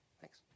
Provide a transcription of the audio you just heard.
Thanks